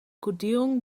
kodierung